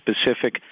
specific